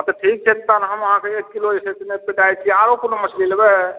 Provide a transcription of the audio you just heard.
अच्छा तऽ ठीक छै तहन हम अहाँकेँ एक किलो जे छै से नापिके दए दैत छी आरो कोनो मछली लेबै